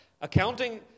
accounting